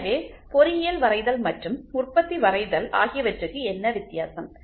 எனவே பொறியியல் வரைதல் மற்றும் உற்பத்தி வரைதல் ஆகியவற்றுக்கு என்ன வித்தியாசம்